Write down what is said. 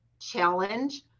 challenge